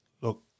Look